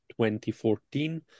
2014